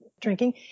drinking